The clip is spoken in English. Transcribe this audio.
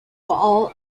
all